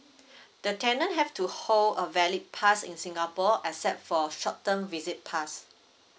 the tenant have to hold a valid pass in singapore except for short term visit pass